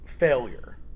failure